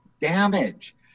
damage